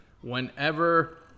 Whenever